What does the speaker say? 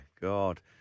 God